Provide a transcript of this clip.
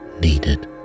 needed